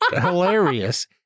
hilarious